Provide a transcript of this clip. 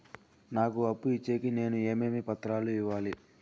నాకు అప్పు ఇచ్చేకి నేను ఏమేమి పత్రాలు ఇవ్వాలి